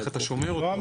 איך אתה שומר אותו.